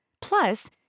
Plus